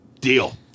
Deal